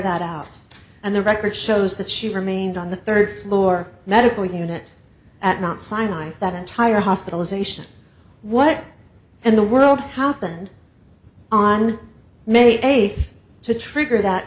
that out and the record shows that she remained on the third floor medical unit at mt sinai that entire hospitalization what in the world happened on may eighth to trigger that